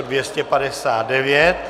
259.